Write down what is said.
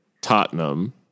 Tottenham